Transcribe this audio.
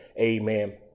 Amen